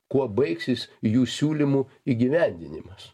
kuo baigsis jų siūlymų įgyvendinimas